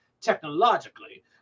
technologically